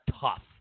tough